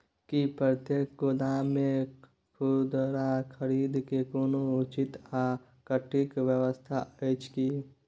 की प्रतेक गोदाम मे खुदरा खरीद के कोनो उचित आ सटिक व्यवस्था अछि की?